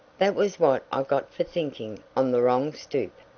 that was what i got for thinking on the wrong stoop.